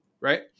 Right